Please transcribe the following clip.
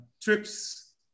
TRIPS